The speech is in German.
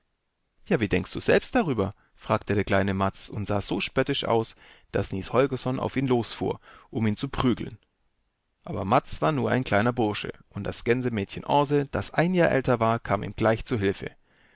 ja wie denkst du selbst darüber fragte der kleine mads und sah so spöttisch aus daß niels holgersen auf ihn losfuhr um ihn zu prügeln aber madswarnureinkleinerbursche unddasgänsemädchenaase daseinjahr älter war kam ihm gleich zu hilfe